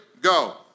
Go